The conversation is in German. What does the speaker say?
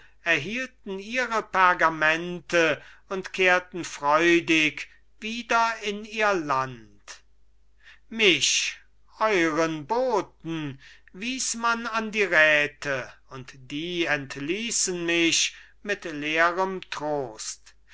erhielten ihre pergamente und kehrten freudig wieder in ihr land mich euren boten wies man an die räte und die entliessen mich mit leerem trost